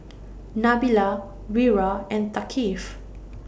Nabila Wira and Thaqif